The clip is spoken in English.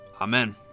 Amen